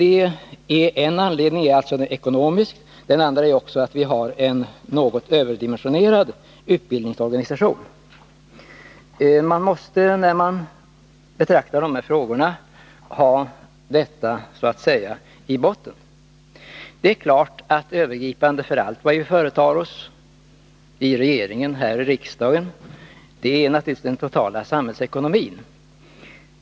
En anledning är alltså ekonomisk; en annan är att vi har en något överdimensionerad utbildningsorganisation. Man måste, när man betraktar dessa frågor, så att säga ha detta i botten. Det är klart att det övergripande när det gäller allt vad vi företar oss, i regeringen och här i riksdagen, är den totala samhällsekonomin.